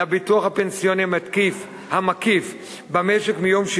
לביטוח הפנסיוני המקיף במשק מיום 6